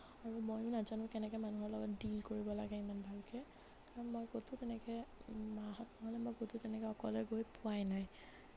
আৰু মইও নাজানোঁ কেনেকে মানুহৰ লগত ডীল কৰিব লাগে ইমান ভালকে কাৰণ মই ক'তো তেনেকে মাঁহত নহ'লে মই ক'তো তেনেকৈ অকলে গৈ পোৱাই নাই